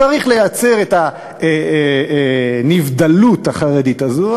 צריך לייצר את הנבדלות החרדית הזאת,